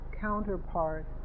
counterpart